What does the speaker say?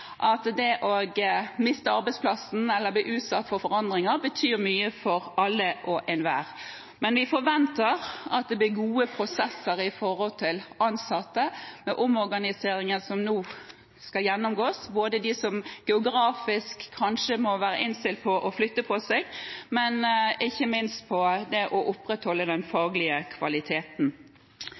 – det å miste arbeidsplassen eller å bli utsatt for forandringer betyr mye for alle og enhver. Vi forventer at det blir gode prosesser for de ansatte med omorganiseringen som nå skal gjennomføres, med fokus på dem som geografisk kanskje må være innstilt på å flytte på seg, men ikke minst på det å opprettholde den faglige kvaliteten.